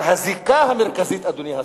אבל הזיקה המרכזית, אדוני השר,